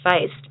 faced